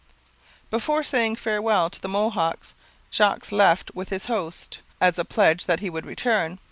before saying farewell to the mohawks jogues left with his hosts, as a pledge that he would return,